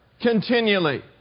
continually